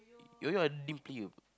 you know ability you